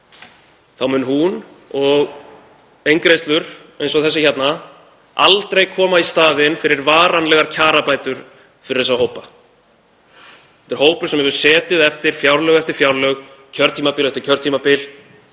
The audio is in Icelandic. mun hún og eingreiðslur eins og þessi aldrei koma í staðinn fyrir varanlegar kjarabætur fyrir þessa hópa. Þetta er hópur sem hefur setið eftir fjárlög eftir fjárlög og kjörtímabil eftir kjörtímabil,